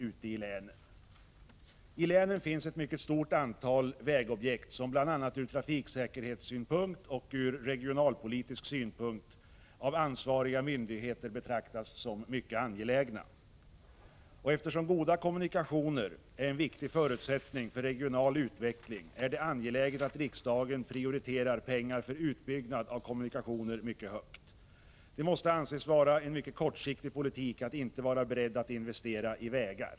Ute i länen finns ett stort antal vägobjekt som av ansvariga mydigheter betraktas som mycket angelägna, bl.a. från trafiksäkerhetssynpunkt och från regionalpolitisk synpunkt. Eftersom goda kommunikationer är en viktig förutsättning för regional utveckling är det angeläget att riksdagen starkt prioriterar anslag för utbyggnad av kommunikationer. Det måste anses vara en mycket kortsiktig politik att inte vara beredd att investera i vägar.